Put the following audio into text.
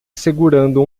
segurando